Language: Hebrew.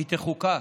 שהיא תחוקק?